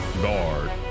guard